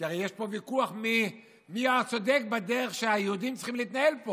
כי הרי יש פה ויכוח מי הצודק בדרך שהיהודים צריכים להתנהל.